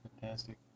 fantastic